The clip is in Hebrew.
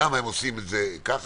למה הם עושים את זה כך.